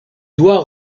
dois